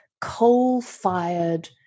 coal-fired